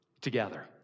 Together